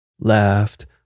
Left